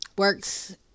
works